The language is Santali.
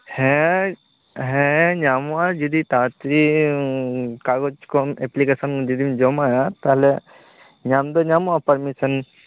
ᱦᱮᱸ ᱦᱮᱸ ᱧᱟᱢᱚᱜ ᱟ ᱡᱩᱫᱤ ᱛᱟᱲᱟᱛᱟᱲᱤ ᱠᱟᱜᱚᱡ ᱠᱚ ᱮᱯᱞᱤᱠᱮᱥᱚᱱ ᱡᱚᱫᱤᱢ ᱡᱚᱢᱟᱭᱟ ᱛᱟᱦᱚᱞᱮ ᱧᱟᱢᱫᱚ ᱧᱟᱢᱚᱜ ᱟ ᱯᱟᱨᱢᱤᱥᱚᱱ